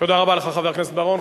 תודה רבה לך, חבר הכנסת בר-און.